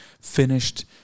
finished